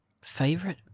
Favorite